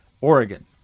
Oregon